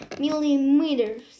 millimeters